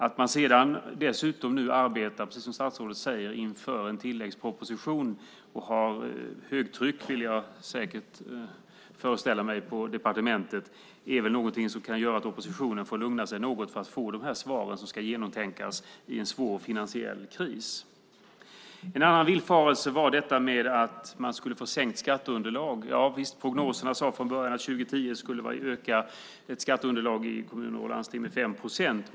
Att man dessutom på departementet nu arbetar för högtryck, föreställer jag mig, med en tilläggsproposition bör innebära att oppositionen får lugna sig något innan de, i en svår finansiell kris, kan få de svar som behöver genomtänkas. En annan villfarelse var att man skulle få sänkt skatteunderlag. Javisst, prognoserna sade från början att 2010 skulle skatteunderlaget i kommunerna öka med 5 procent.